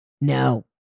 No